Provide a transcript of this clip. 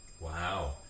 Wow